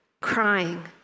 crying